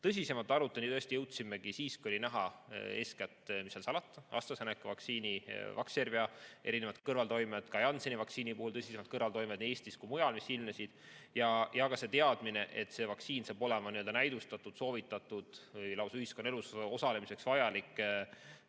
Tõsisema aruteluni jõudsime siis, kui olid näha eeskätt, mis seal salata, AstraZeneca vaktsiini Vaxzervia erinevad kõrvaltoimed, ka Jansseni vaktsiini puhul tõsisemad kõrvaltoimed nii Eestis kui mujal, mis ilmnesid. Ja oli ka see teadmine, et see vaktsiin saab olema näidustatud, soovitatud või lausa ühiskonnaelus osalemiseks vajalik